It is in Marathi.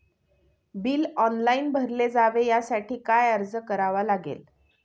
बिल ऑनलाइन भरले जावे यासाठी काय अर्ज करावा लागेल?